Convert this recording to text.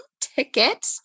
ticket